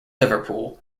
liverpool